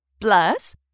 Plus